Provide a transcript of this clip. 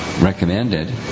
recommended